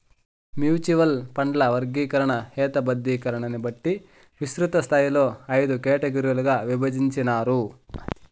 mutual ఫండ్ల వర్గీకరణ, హేతబద్ధీకరణని బట్టి విస్తృతస్థాయిలో అయిదు కేటగిరీలుగా ఇభజించినారు